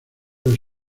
los